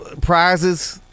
prizes